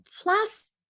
plus